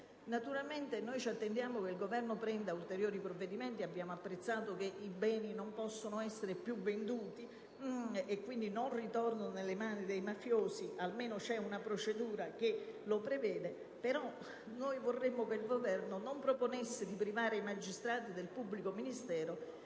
Naturalmente attendiamo che il Governo assuma ulteriori provvedimenti. Abbiamo apprezzato il fatto che i beni non possano essere più venduti e quindi non ritornino nelle mani dei mafiosi (almeno esiste una procedura che lo prevede); tuttavia non vorremmo che il Governo proponesse di privare i magistrati del pubblico ministero